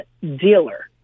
dealer